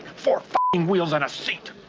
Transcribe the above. four wheels and a seat.